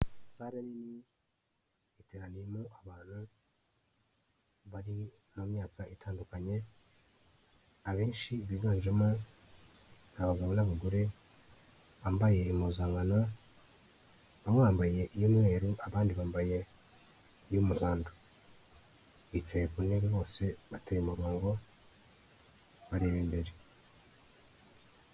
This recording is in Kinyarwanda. Sare nini, iteraniyemo abantu, bari mu myaka itandukanye, abenshi biganjemo ni abagabo n'abagore bambaye impuzankano bamwe bambaye umweru, abandi bambaye umuhondo. bicaye ku ntebe bose, batoye umurongo bareba imbere.